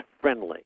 friendly